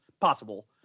possible